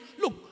look